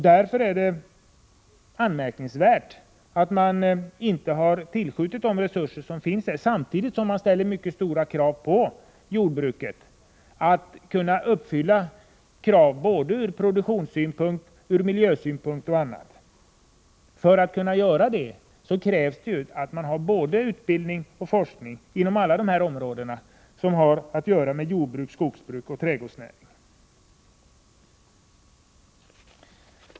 Därför är det anmärkningsvärt att regeringen inte har tillskjutit de resurser som behövs, samtidigt som man ställer mycket stora krav på jordbruket, såväl ur produktionssynpunkt och miljösynpunkt som på andra sätt. För att kunna uppfylla dessa krav krävs både utbildning och forskning inom alla de områden som har att göra med jordbruk, skogsbruk och trädgårdsnäring.